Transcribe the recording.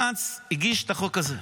גנץ הגיש את החוק הזה.